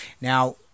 Now